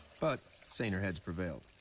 but saner heads prevailed.